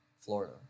Florida